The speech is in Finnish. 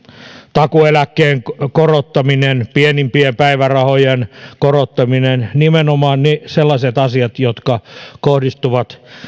takuueläkkeen korottaminen pienimpien päivärahojen korottaminen nimenomaan sellaiset asiat jotka kohdistuvat